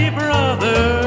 brother